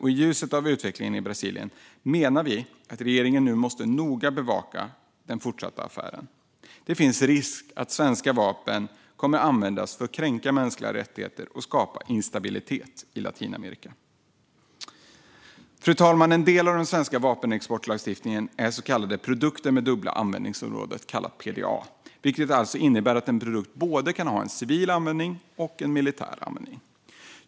I ljuset av utvecklingen i Brasilien menar vi att regeringen nu noga måste bevaka den fortsatta affären. Det finns risk att svenska vapen kommer att användas för att kränka mänskliga rättigheter och skapa instabilitet i Latinamerika. En del i den svenska vapenexportlagstiftningen är så kallade produkter med dubbla användningsområden, kallat PDA, vilket alltså innebär att en produkt kan ha både en civil användning och en militär användning.